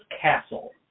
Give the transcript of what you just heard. Castle